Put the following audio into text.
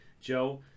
Joe